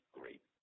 great